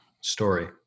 story